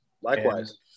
Likewise